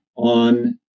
On